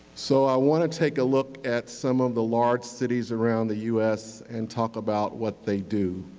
so i want to take a look at some of the large cities around the us and talk about what they do.